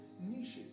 niches